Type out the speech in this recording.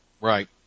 Right